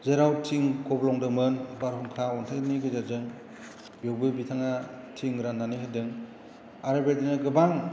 जेराव थिं गब्लंदोंमोन बारहुंखा अन्थायनि गेजेरजों बेयावबो बिथाङा थिं राननानै होदों आर बेदिनो गोबां